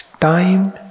time